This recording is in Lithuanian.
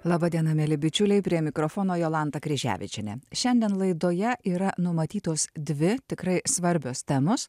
laba diena mieli bičiuliai prie mikrofono jolanta kryževičienė šiandien laidoje yra numatytos dvi tikrai svarbios temos